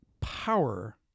power